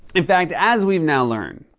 in fact, as we've now learned,